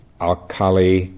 alkali